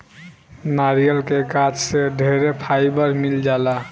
नारियल के गाछ से ढेरे फाइबर मिल जाला